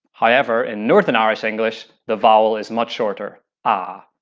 however, in northern irish english, the vowel is much shorter ah